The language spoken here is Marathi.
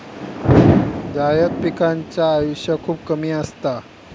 जायद पिकांचा आयुष्य खूप कमी असता